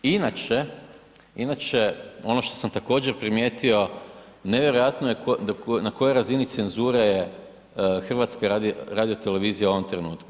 Inače, inače ono što sam također primijetio nevjerojatno je na kojoj razini cenzure je HRT u ovom trenutku.